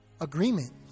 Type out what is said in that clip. Agreement